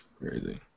Crazy